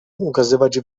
ukazywać